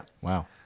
Wow